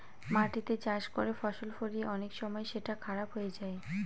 মাটিতে চাষ করে ফসল ফলিয়ে অনেক সময় সেটা খারাপ হয়ে যায়